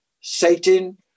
Satan